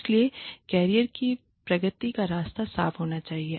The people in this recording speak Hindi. इसलिए करियर की प्रगति का रास्ता साफ होना चाहिए